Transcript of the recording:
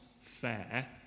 fair